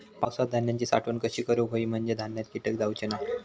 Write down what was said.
पावसात धान्यांची साठवण कशी करूक होई म्हंजे धान्यात कीटक जाउचे नाय?